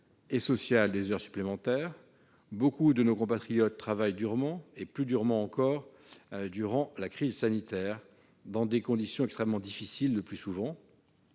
et sociale des heures supplémentaires. Beaucoup de nos compatriotes travaillent durement, et plus durement encore durant la crise sanitaire, le plus souvent dans des conditions extrêmement difficiles. Ce surcroît